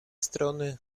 strony